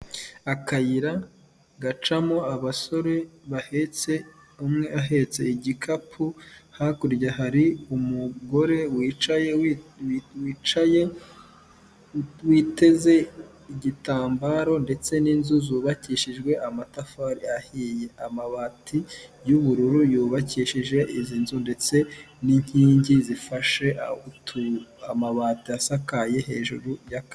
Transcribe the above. Akayira gacamo abasore bahetse, umwe ahetse igikapu, hakurya hari umugore wicaye wicaye witeze igitambaro ndetse n'inzu zubakishijwe amatafari ahiye, amabati y'ubururu yubakishije izi nzu ndetse n'inkingi zifashe amabati asakaye hejuru y'akazu.